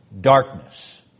Darkness